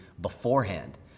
beforehand